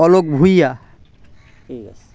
অলোক ভুঁঞা ঠিক আছে